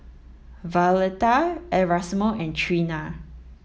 Violetta Erasmo and Trena